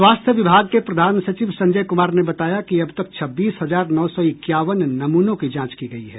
स्वास्थ्य विभाग के प्रधान सचिव संजय कुमार ने बताया कि अब तक छब्बीस हजार नौ सौ इक्यावन नमूनों की जांच की गई है